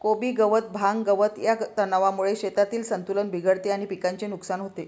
कोबी गवत, भांग, गवत या तणांमुळे शेतातील संतुलन बिघडते आणि पिकाचे नुकसान होते